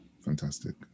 Fantastic